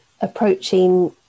approaching